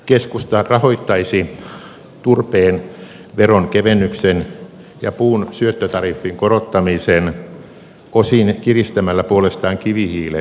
keskusta rahoittaisi turpeen veron kevennyksen ja puun syöttötariffin korottamisen osin kiristämällä puolestaan kivihiilen veroa